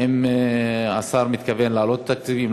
האם השר מתכוון להעלות את התקציבים,